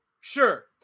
Sure